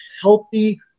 healthy